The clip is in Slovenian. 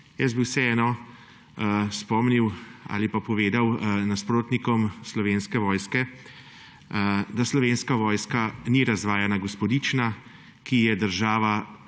Jaz bi vseeno spomnil ali pa povedal nasprotnikom Slovenske vojske, da Slovenska vojska ni razvajene gospodična, ki sta